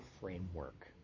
framework